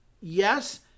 Yes